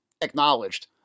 acknowledged